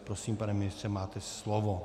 Prosím, pane ministře, máte slovo.